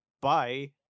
Bye